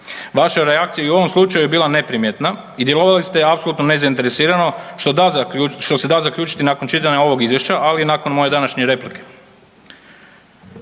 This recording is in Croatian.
Vaša reakcija i u ovom slučaju je bila neprimjetna i djelovali ste apsolutno nezainteresirano što se da zaključiti nakon čitanja ovog izvješća, ali i nakon moje današnje replike.